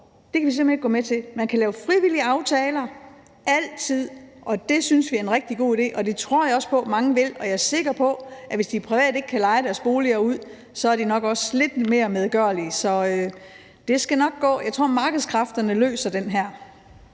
over, kan vi simpelt hen ikke gå med til. Man kan lave frivillige aftaler – altid – og det synes vi er en rigtig god idé, og det tror jeg også på mange vil, og jeg er sikker på, at hvis de private ikke kan leje deres boliger ud, er de nok også lidt mere medgørlige. Så det skal nok gå. Jeg tror, markedskræfterne løser den her.